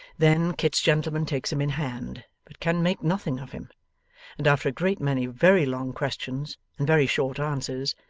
then, kit's gentleman takes him in hand, but can make nothing of him and after a great many very long questions and very short answers,